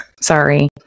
Sorry